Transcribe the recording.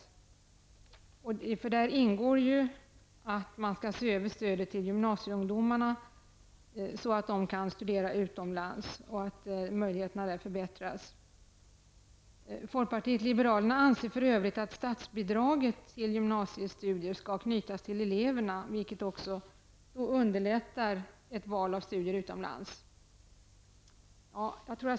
Där ingår att centrala studiestödsnämnden också skall se över hur stödet till gymnasieungdomar som vill studera utomlands skall kunna förbättras. Folkpartiet liberalerna anser för övrigt att statsbidraget när det gäller gymnasiala studier skall knytas till eleverna, vilket också underlättar ett val av studier utomlands.